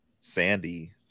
Sandy